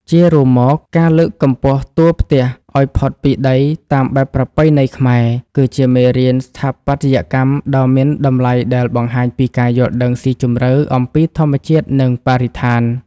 ជារួមមក ការលើកកម្ពស់តួផ្ទះឱ្យផុតពីដីតាមបែបប្រពៃណីខ្មែរ គឺជាមេរៀនស្ថាបត្យកម្មដ៏មានតម្លៃដែលបង្ហាញពីការយល់ដឹងស៊ីជម្រៅអំពីធម្មជាតិ និងបរិស្ថាន។